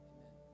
Amen